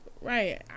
Right